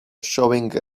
showing